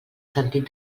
sentit